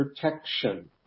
Protection